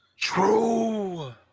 True